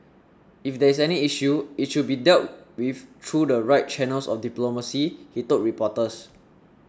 if there is any issue it should be dealt with through the right channels of diplomacy he told reporters